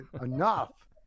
enough